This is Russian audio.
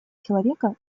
человека